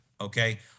okay